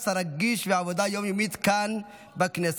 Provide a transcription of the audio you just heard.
הרגיש והעבודה היום-יומית כאן בכנסת.